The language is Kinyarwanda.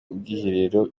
ubwiherero